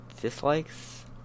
dislikes